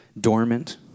dormant